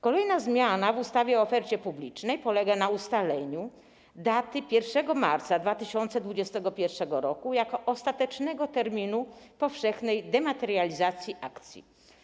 Kolejna zmiana w ustawie o ofercie publicznej polega na ustaleniu daty 1 marca 2021 r. jako ostatecznego terminu powszechnej dematerializacji akcji.